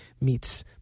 meets